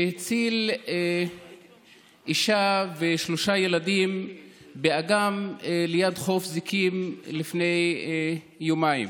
שהציל אישה ושלושה ילדים באגם ליד חוף זיקים לפני יומיים.